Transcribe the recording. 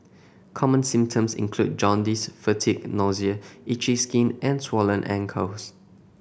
common symptoms include jaundice fatigue nausea itchy skin and swollen ankles